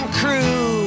crew